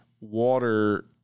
Water